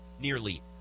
nearly